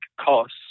cost